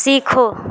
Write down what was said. सीखो